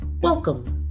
Welcome